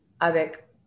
Avec